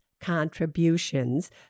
contributions